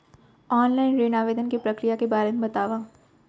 Online ऋण आवेदन के प्रक्रिया के बारे म बतावव?